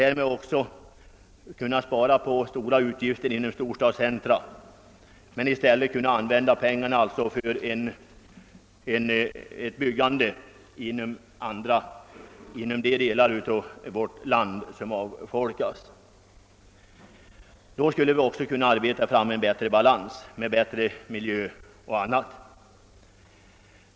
Därmed skulle vi också kunna inbespara stora kostnader för vägbyggnader och annat i dessa regioner och i stället använda pengarna till byggande av vägar och kanaler som skulle ge de delar av vårt land som håller på att avfolkas utvecklingsmöjligheter. Vi skulle då också åstadkomma en balans och en bättre miljö i dessa områden.